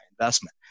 investment